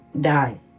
die